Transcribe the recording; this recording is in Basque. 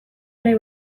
nahi